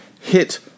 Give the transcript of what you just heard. hit